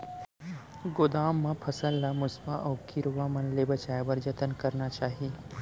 गोदाम मा फसल ला मुसवा अऊ कीरवा मन ले बचाये बर का जतन करना चाही?